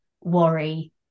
worry